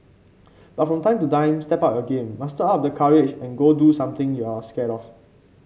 but from time to time step up your game muster up the courage and go do something you're scared of